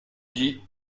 dit